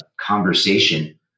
conversation